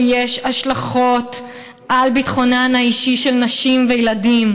יש השלכות על ביטחונן האישי של נשים וילדים.